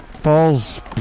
falls